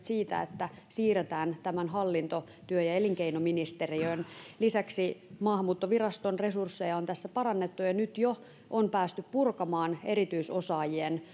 siitä että siirretään tämän hallinto työ ja elinkeinoministeriöön lisäksi maahanmuuttoviraston resursseja on tässä parannettu ja nyt jo on päästy purkamaan erityisosaajien